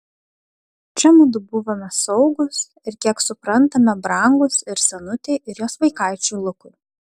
čia mudu buvome saugūs ir kiek suprantame brangūs ir senutei ir jos vaikaičiui lukui